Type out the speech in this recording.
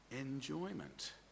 enjoyment